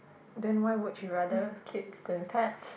then why would you rather kids than pets